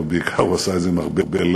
אבל בעיקר הוא עשה את זה עם הרבה לב,